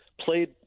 played